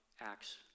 acts